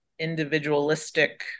individualistic